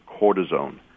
cortisone